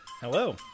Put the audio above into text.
Hello